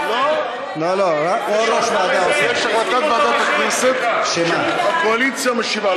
יש החלטת ועדת הכנסת שהקואליציה משיבה.